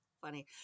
funny